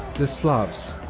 the slavs,